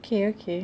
okay okay